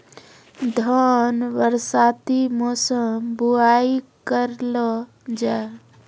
धान बरसाती मौसम बुवाई करलो जा?